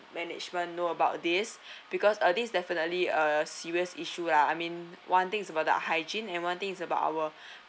management know about this because uh this is definitely a serious issue lah I mean one thing is about the hygiene and one things is about our